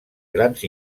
grans